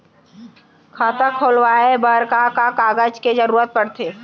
खाता खोलवाये बर का का कागज के जरूरत पड़थे?